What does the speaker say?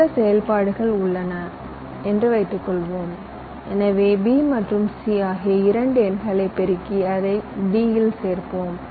சில செயல்பாடுகள் உள்ளன என்று வைத்துக்கொள்வோம் எனவே b மற்றும் c ஆகிய இரண்டு எண்களைப் பெருக்கி அதை d இல் சேர்ப்போம்